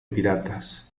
piratas